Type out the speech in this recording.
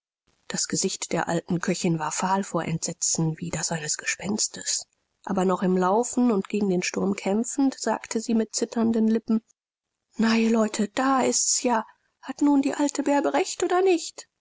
das gesicht der alten köchin war fahl vor entsetzen wie das eines gespenstes aber noch im laufen und gegen den sturm kämpfend sagte sie mit zitternden lippen na ihr leute da ist's ja hat nun die alte bärbe recht oder nicht